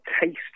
taste